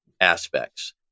aspects